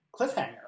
cliffhanger